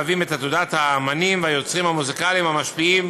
מהווים את עתודת האמנים והיוצרים המוזיקליים המשפיעים